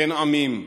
בין עמים,